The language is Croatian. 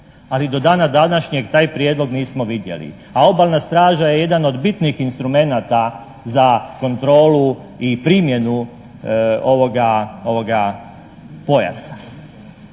ali do dana današnjeg taj prijedlog nismo vidjeli, a obalna straža je jedan od bitnih instrumenata za kontrolu i primjenu ovoga pojasa.